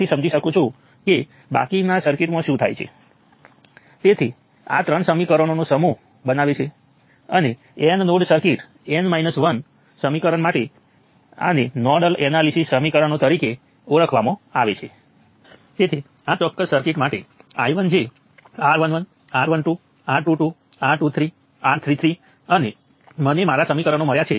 હું ધારી રહ્યો છું કે તમે આ કેવી રીતે કરવું તે જાણો છો બીજા લેસનમાં હું મેટ્રિક્સ ઈન્વર્જેશન વિશે સંક્ષિપ્તમાં ચર્ચા કરીશ પરંતુ હમણાં માટે હું ધારીશ કે તમે આ કેવી રીતે કરવું તે જાણો છો